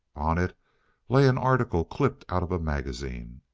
on it lay an article clipped out of a magazine.